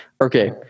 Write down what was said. Okay